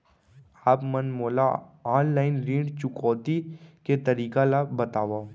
आप मन मोला ऑनलाइन ऋण चुकौती के तरीका ल बतावव?